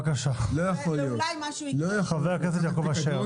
לא יכול להיות --- פיקדון --- חבר הכנסת מקלב,